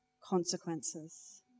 consequences